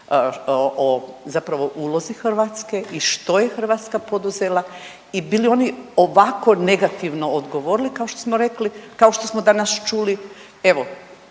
o zapravo ulozi Hrvatske i što je Hrvatska poduzela i bili oni ovako negativno odgovorili kao što smo rekli, kao što smo danas čuli.